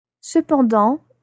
Cependant